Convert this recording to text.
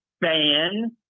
ban